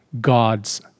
God's